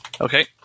Okay